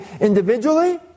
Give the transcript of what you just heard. individually